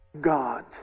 God